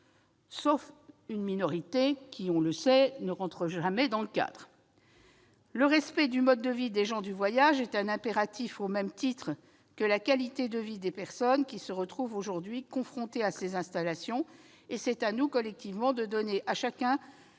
d'une minorité qui, on le sait, ne rentre jamais dans le cadre. Le respect du mode de vie des gens du voyage est un impératif, au même titre que la qualité de vie des personnes qui se trouvent aujourd'hui confrontées à ces installations. C'est à nous, collectivement, de donner à chacun